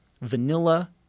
vanilla